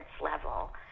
level